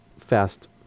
fast